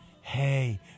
Hey